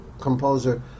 composer